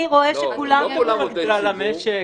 לא כולם עובדי ציבור -- זה לא כלל המשק,